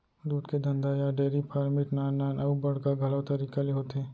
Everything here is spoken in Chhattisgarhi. दूद के धंधा या डेरी फार्मिट नान नान अउ बड़का घलौ तरीका ले होथे